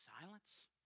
silence